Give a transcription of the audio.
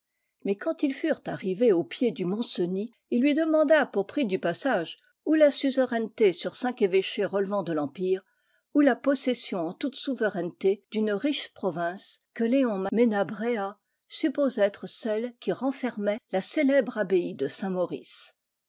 mais quand ils furent arrivés au pied du mont-cenis il lui demanda pour prix du passage ou la suzeraineté sur cinq évêehés relevant de l'empire ou la possession en toute souveraineté d'une riche province que léon menabrea suppose être celle qui renfermait la célèbre abbaye de saint-maurice